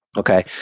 okay.